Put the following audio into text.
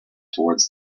towards